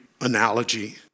analogy